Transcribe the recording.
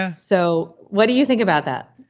ah so what do you think about that?